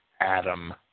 Adam